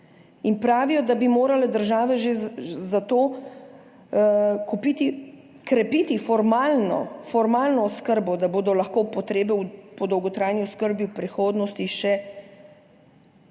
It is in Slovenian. pravijo, da bi morale države že zato krepiti formalno oskrbo, da se bodo lahko potrebe po dolgotrajni oskrbi v prihodnosti še